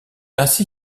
ainsi